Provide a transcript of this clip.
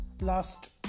last